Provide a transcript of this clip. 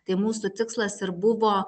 tai mūsų tikslas ir buvo